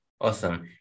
Awesome